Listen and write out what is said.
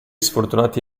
sfortunati